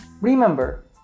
Remember